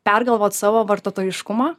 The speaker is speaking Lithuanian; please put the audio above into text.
pergalvot savo vartotojiškumą